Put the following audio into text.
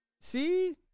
See